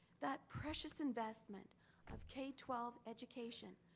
that precious investment of k twelve education,